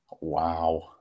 Wow